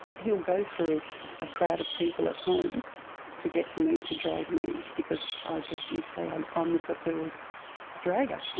he'll go through a crowd of people at home to get to me to drag me, because i guess that you'd say i'm um the preferred dragger.